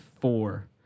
four